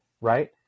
right